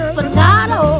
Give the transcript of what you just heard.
Potato